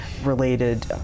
related